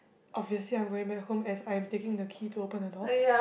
obviously I'm going back home as I'm taking the key to open the door